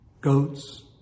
goats